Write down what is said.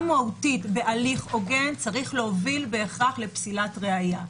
מהותית בהליך הוגן צריכה להוביל בהכרח לפסילת ראיה.